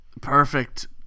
Perfect